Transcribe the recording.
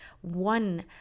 one